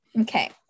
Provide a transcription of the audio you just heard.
Okay